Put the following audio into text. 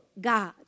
God